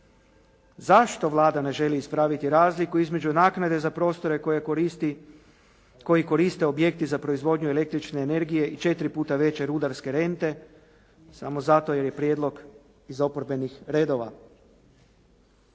Zašto Vlada ne želi ispraviti razliku između naknade za prostore koje koristi, koji koriste objekti za proizvodnju električne energije i 4 puta veće rudarske rente? Samo zato jer je prijedlog iz oporbenih redova.